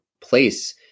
place